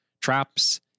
Traps